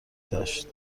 داشت